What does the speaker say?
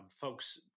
folks